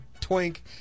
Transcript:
twink